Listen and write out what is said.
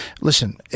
listen